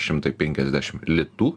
šimtai penkiasdešim litų